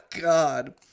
God